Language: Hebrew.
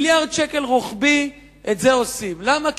מיליארד שקל רוחבי, את זה עושים למה?